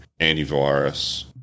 antivirus